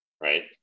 Right